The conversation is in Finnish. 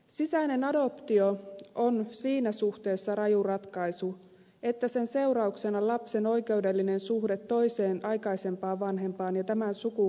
sisäinen adoptio on siinä suhteessa raju ratkaisu että sen seurauksena lapsen oikeudellinen suhde toiseen aikaisempaan vanhempaan ja tämän sukuun katkeaa